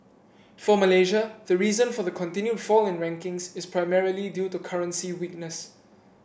for Malaysia the reason for the continued fall in rankings is primarily due to currency weakness